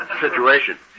situation